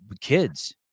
kids